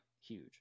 huge